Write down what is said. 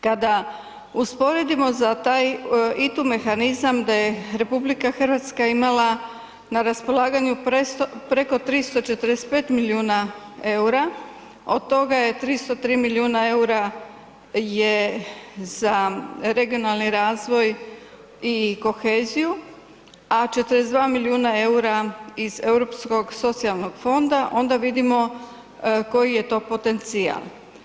Kada usporedimo za taj ITU mehanizam da je RH imala na raspolaganju preko 345 milijuna eura, od toga je 303 milijuna eura je za regionalni razvoj i koheziju, a 42 milijuna eura iz EU socijalnog fonda, onda vidimo koji je to potencijal.